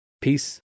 Peace